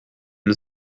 une